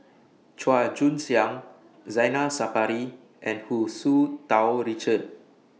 Chua Joon Siang Zainal Sapari and Hu Tsu Tau Richard